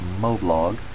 Moblog